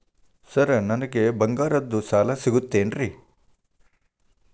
Sir ನನಗೆ ಬಂಗಾರದ್ದು ಸಾಲ ಸಿಗುತ್ತೇನ್ರೇ?